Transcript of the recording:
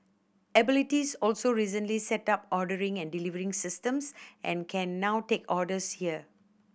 abilities also recently set up ordering and delivery systems and can now take orders here